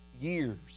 years